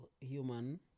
human